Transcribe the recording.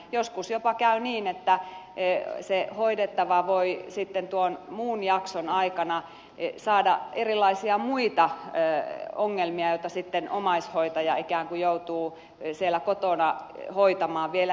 joskus jopa käy niin että se hoidettava voi sitten tuon muun jakson aikana saada erilaisia muita ongelmia joita sitten omaishoitaja ikään kuin joutuu siellä kotona hoitamaan vielä lisäksi